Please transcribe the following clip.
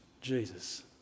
Jesus